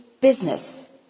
business